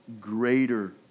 greater